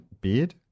beard